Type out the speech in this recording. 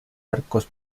arcos